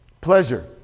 Pleasure